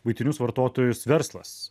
buitinius vartotojus verslas